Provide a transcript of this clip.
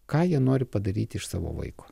ką jie nori padaryti iš savo vaiko